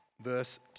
Verse